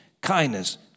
kindness